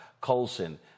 Colson